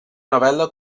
novel·la